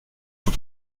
faut